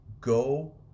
Go